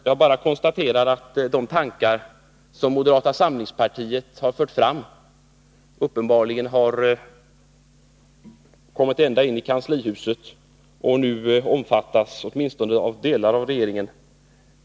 Jag konstaterar bara att de tankar som moderata samlingspartiet har fört fram uppenbarligen har kommit ända in i kanslihuset och nu omfattas av åtminstone delar av regeringen.